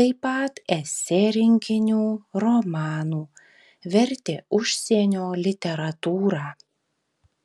taip pat esė rinkinių romanų vertė užsienio literatūrą